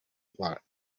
plot